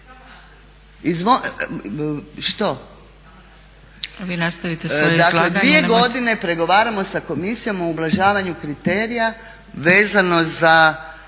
izlaganje./… Dakle, dvije godine pregovaramo sa Komisijom o ublažavanju kriterija vezano za